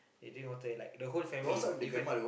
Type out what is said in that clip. they drink water it like the whole family even